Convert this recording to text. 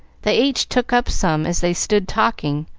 they each took up some as they stood talking,